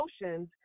emotions